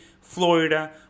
Florida